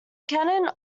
canon